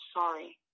sorry